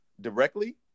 directly